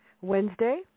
Wednesday